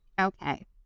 Okay